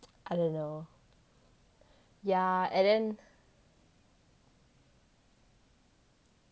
I don't know yeah and then